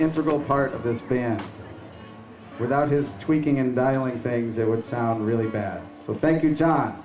integral part of this band without his tweaking and i only thing that would sound really bad so thank you john